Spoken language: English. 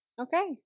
Okay